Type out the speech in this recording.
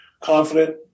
confident